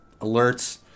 alerts